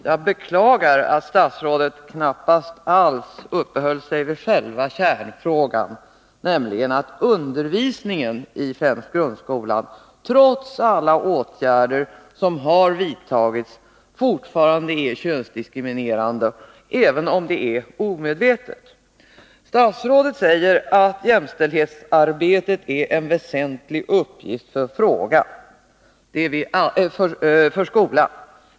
Jag beklagar att statsrådet knappast alls uppehöll sig vid själva kärnfrågan, nämligen att undervisningen i främst grundskolan, trots alla åtgärder som vidtagits, fortfarande är könsdiskriminerande, även om det är omedvetet. Statsrådet säger att jämställdhetsarbetet är en väsentlig uppgift för skolan.